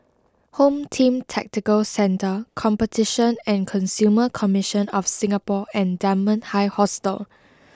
Home Team Tactical Centre Competition and Consumer Commission of Singapore and Dunman High Hostel